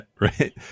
right